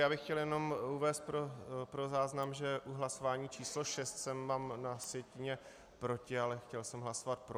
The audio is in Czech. Já bych chtěl jenom uvést pro záznam, že u hlasování číslo 6 mám na sjetině proti, ale chtěl jsem hlasovat pro.